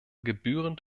gebührend